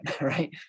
right